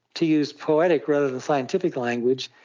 to use poetic rather than scientific language,